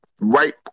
right